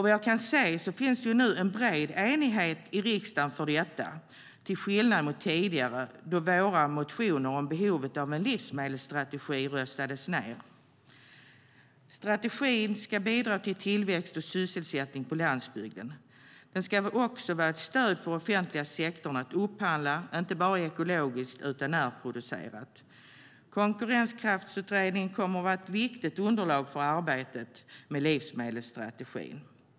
Vad jag kan se så finns det nu en bred enighet i riksdagen för detta, till skillnad mot tidigare, då våra motioner om behovet av en livsmedelsstrategi röstades ned. Strategin ska bidra till tillväxt och sysselsättning på landsbygden. Den ska också vara ett stöd för den offentliga sektorn att upphandla inte bara ekologiskt utan närproducerat. Konkurrenskraftsutredningen kommer att vara ett viktigt underlag för arbetet med livsmedelsstrategin.